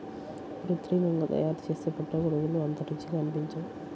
కృత్రిమంగా తయారుచేసే పుట్టగొడుగులు అంత రుచిగా అనిపించవు